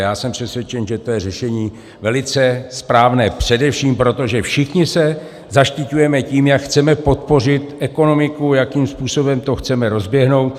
Já jsem přesvědčen, že to je řešení velice správné, především proto, že všichni se zaštiťujeme tím, jak chceme podpořit ekonomiku, jakým způsobem to chceme rozeběhnout.